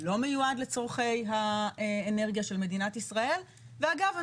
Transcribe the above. לא מיועד לצורכי האנרגיה של מדינת ישראל ואגב,